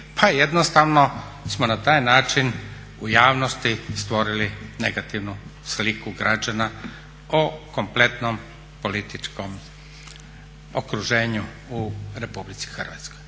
pa jednostavno smo na taj način u javnosti stvorili negativnu sliku građana o kompletnom političkom okruženju u RH.